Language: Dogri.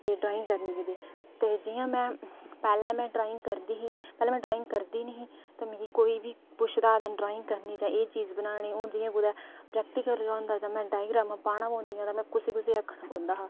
ते जियां मे पैहलें ड्राइंग करदी नेईं ही ते मिगी कोई बी पुछदा हा एह् चीज बनानी ऐ हून जियां प्रैक्टीकल गै होंदा डाइग्रामा पाना पौंदियां न तां में कुसै कुसै गी आखना पौंदा हा